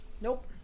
Nope